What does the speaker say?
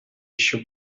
еще